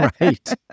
Right